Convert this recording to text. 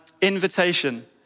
invitation